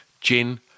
Gin